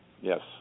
Yes